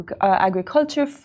agriculture